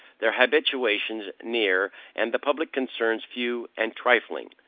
their habitations near, and the public concerns few and trifling.